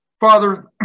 Father